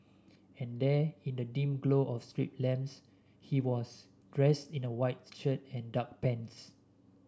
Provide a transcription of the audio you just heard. and there in the dim glow of street lamps he was dressed in a whites shirt and dark pants